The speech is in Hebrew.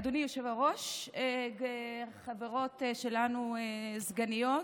אדוני היושב-ראש, חברות שלנו, סגניות,